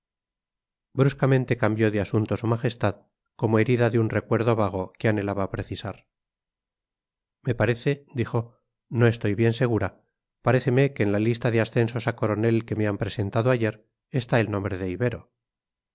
bruscamente cambió de asunto su majestad como herida de un recuerdo vago que anhelaba precisar me parece dijo no estoy bien segura paréceme que en la lista de ascensos a coronel que me han presentado ayer está el nombre de ibero